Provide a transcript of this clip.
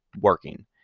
working